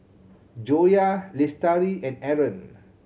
Joyah Lestari and Aaron